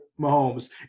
Mahomes